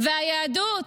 והיהדות,